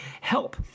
HELP